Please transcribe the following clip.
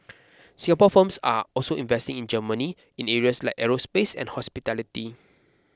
Singapore firms are also investing in Germany in areas like aerospace and hospitality